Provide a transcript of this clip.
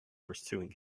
pursuing